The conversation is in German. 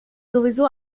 sowieso